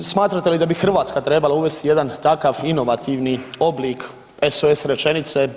Smatrate li da bi Hrvatska trebala uvesti jedan takav inovativni oblik SOS rečenice.